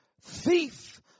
thief